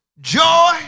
Joy